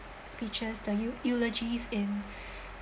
speeches the eu~ eulogies in